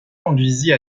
conduisit